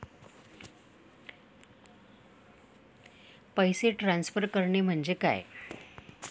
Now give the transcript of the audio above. पैसे ट्रान्सफर करणे म्हणजे काय?